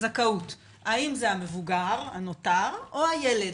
האם זה המבוגר הנותר או הילד.